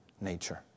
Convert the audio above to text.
nature